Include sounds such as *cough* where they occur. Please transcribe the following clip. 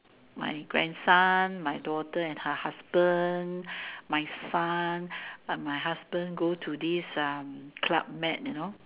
my grandson my daughter and her husband *breath* my son *breath* let my husband go to this um club med you know